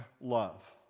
love